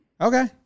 Okay